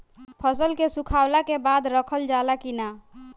फसल के सुखावला के बाद रखल जाला कि न?